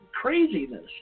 Craziness